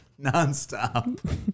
nonstop